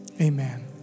amen